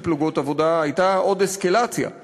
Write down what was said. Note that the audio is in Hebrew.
פלוגות עבודה הייתה עוד אסקלציה במסכת,